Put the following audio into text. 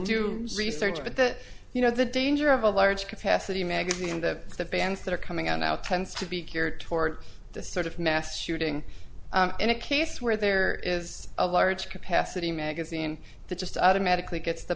do research but that you know the danger of a large capacity magazine that the bands that are coming out tends to be cured toward the sort of mass shooting in a case where there is a large capacity magazine that just automatically gets t